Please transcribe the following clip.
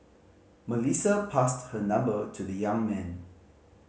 Melissa passed her number to the young man